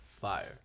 fire